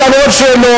ישאלו עוד שאלות,